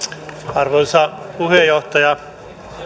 arvoisa puheenjohtaja